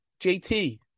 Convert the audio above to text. JT